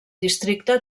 districte